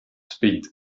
speed